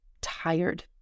tired